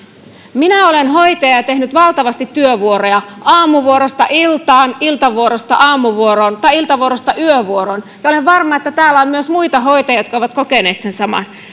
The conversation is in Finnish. minä olen hoitaja ja tehnyt valtavasti työvuoroja aamuvuorosta iltaan iltavuorosta aamuvuoroon tai iltavuorosta yövuoroon ja olen varma että täällä on myös muita hoitajia jotka ovat kokeneet sen saman